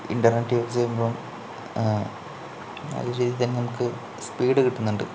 internet use ചെയ്യുമ്പോൾ അതേ രീതിയിൽ തന്നെ നമുക്ക് സ്പീഡ് കിട്ടുന്നുണ്ട്